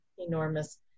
enormous